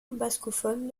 bascophone